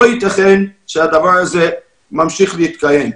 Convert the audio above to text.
לא ייתכן שהדבר הזה ממשיך להתקיים.